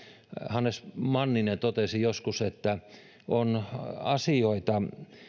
hannes manninen totesi joskus että on asioita